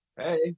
Hey